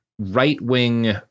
right-wing –